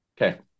Okay